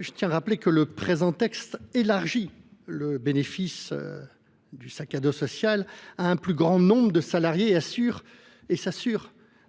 Je tiens à le rappeler, cette proposition de loi élargit le bénéfice du sac à dos social à un plus grand nombre de salariés et assure